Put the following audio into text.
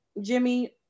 Jimmy